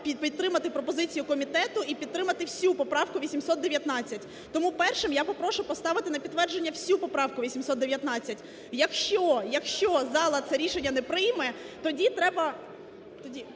підтримати пропозицію комітету і підтримати всю поправку 819. Тому першим я попрошу поставити на підтвердження всю поправку 819. Якщо зала це рішення не прийме, тоді треба…